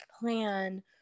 plan